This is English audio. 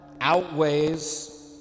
outweighs